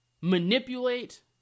manipulate